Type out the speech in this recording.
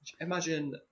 Imagine